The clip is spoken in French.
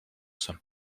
seul